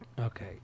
Okay